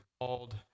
called